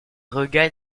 regagne